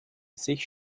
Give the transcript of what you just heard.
sich